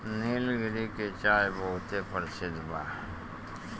निलगिरी के चाय बहुते परसिद्ध बा